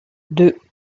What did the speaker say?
deux